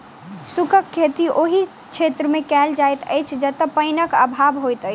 शुष्क खेती ओहि क्षेत्रमे कयल जाइत अछि जतय पाइनक अभाव होइत छै